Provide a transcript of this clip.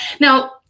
now